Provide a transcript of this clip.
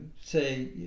say